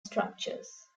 structures